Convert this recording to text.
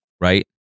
right